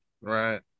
Right